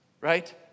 right